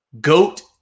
GOAT